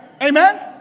Amen